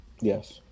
Yes